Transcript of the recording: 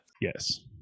Yes